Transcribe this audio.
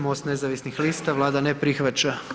MOST nezavisnih lista, Vlada ne prihvaća.